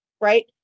right